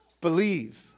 Believe